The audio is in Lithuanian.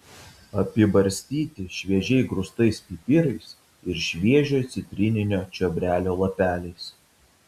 apibarstyti šviežiai grūstais pipirais ir šviežio citrininio čiobrelio lapeliais